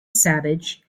savage